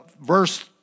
verse